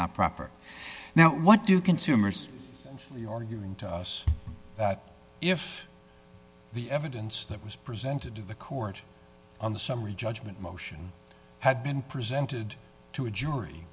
not proper now what do consumers are doing to us that if the evidence that was presented to the court on the summary judgment motion had been presented to a jury